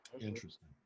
interesting